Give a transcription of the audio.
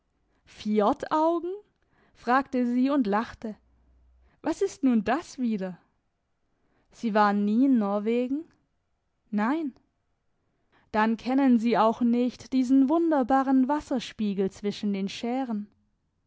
fjordaugen fragte sie und lachte was ist nun das wieder sie waren nie in norwegen nein dann kennen sie auch nicht diesen wunderbaren wasserspiegel zwischen den schären